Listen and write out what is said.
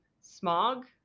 smog